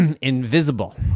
invisible